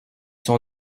sont